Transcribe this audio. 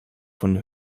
von